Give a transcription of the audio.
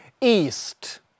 east